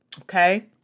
okay